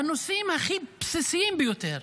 בנושאים הבסיסיים ביותר,